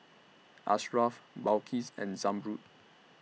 Ashraf Balqis and Zamrud